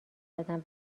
زدم